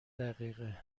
دقیقه